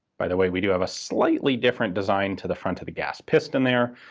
by the way, we do have a slightly different design to the front of the gas piston there,